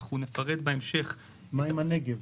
אנחנו נפרט בהמשך --- מה עם הנגב?